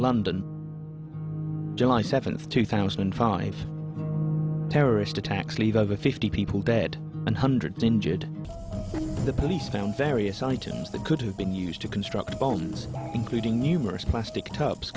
london july seventh two thousand and five terrorist attacks leave over fifty people dead and hundreds injured the police found various items that could have been used to construct bones including numerous plastic